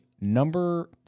number